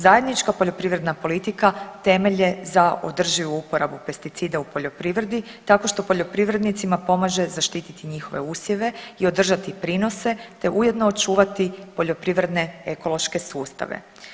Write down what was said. Zajednička poljoprivredna politika temelj je za održivu uporabu pesticida u poljoprivredi tako što poljoprivrednicima pomaže zaštititi njihove usjeve i održati prinose, te ujedno očuvati poljoprivredne ekološke sustave.